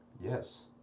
Yes